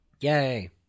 Yay